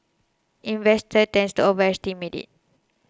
investors tend to overestimate it